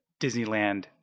Disneyland